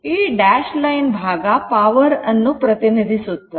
ಈ dash line ಭಾಗ power ಅನ್ನು ಪ್ರತಿನಿಧಿಸುತ್ತದೆ